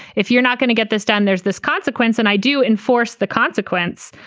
if you're not going to get this done, there's this consequence. and i do enforce the consequence.